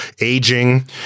aging